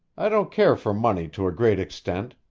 i don't care for money to a great extent.